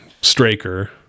Straker